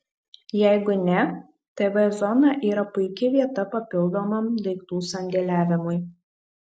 jeigu ne tv zona yra puiki vieta papildomam daiktų sandėliavimui